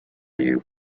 you